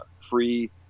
free